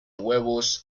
huevos